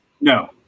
no